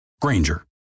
Granger